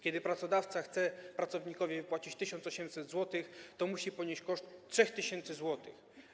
Kiedy pracodawca chce pracownikowi wypłacić 1800 zł, to musi ponieść koszt 3 tys. zł.